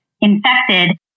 infected